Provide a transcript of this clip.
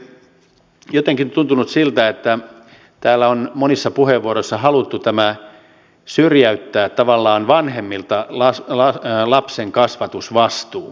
jotenkin on tuntunut siltä että täällä on monissa puheenvuoroissa haluttu syrjäyttää tavallaan vanhemmilta lapsen kasvatusvastuu